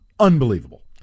Unbelievable